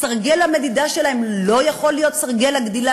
סרגל הגדילה שלהם לא יכול להיות סרגל הגדילה